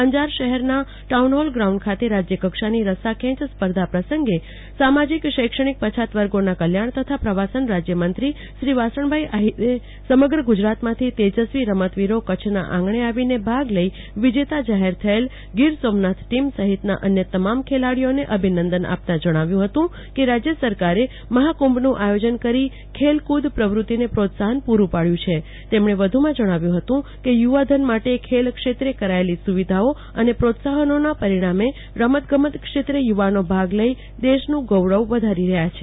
અંજાર શહેરના town hall ground ખાતે રાજયકક્ષાની રસ્સાખેંચ સ્પર્ધાંગપ્રસંગે સામાજીક શૈક્ષણિક પહાત વિર્ગોના કલ્યાણ તથા પ્રવાસન રાજ્યમંત્રી શ્રી વાસણભાઈ આહિરે સમગ્ર ગુ જરાતમાંથી તેજસ્વી રમતવીરો કચ્છના આંગણે આવીને ભાગ લઇ વિજેતા જાહેર થયેલ ગીર સોમનાથ ટીમ સહિતના અન્ય તમામ ખેલાડીઓને અભિનંદન આપતાં જણાવ્યું ફતું કે રાજય સરકાર મહાકુંભનું આયોજન કરી ખેલકુદ પ્રવૃતિને પ્રોત્સાહન પૂર્ણ પાડ્યું છે તેમણે વધુ માં જણાવ્યું ફતું ફે યુ વાધન માટે ખેલ ક્ષેત્રે કરાયેલી સુવિધાઓ અને પ્રોત્સાફનોના પરિણામે રમતગમત ક્ષેત્રે યુ વાનો ભાગ લઇને દેશનું ગૌરવ વધારી રહ્યા છે